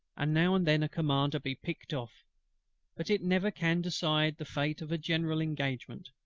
and now and then a commander be picked off but it never can decide the fate of a general engagement